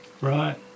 Right